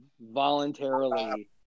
voluntarily